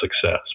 success